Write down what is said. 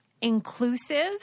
inclusive